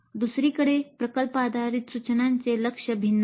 दुसरीकडे प्रकल्प आधारित सूचनाचे लक्ष भिन्न आहे